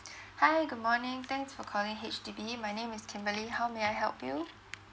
hi good morning thanks for calling H_D_B my name is kimberly how may I help you